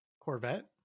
Corvette